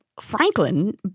Franklin